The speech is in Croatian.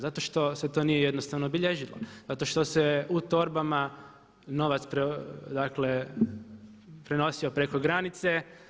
Zato što se to nije jednostavno bilježilo, zato što se u torbama novac prenosio preko granice.